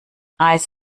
eis